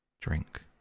drink